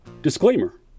Disclaimer